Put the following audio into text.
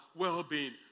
well-being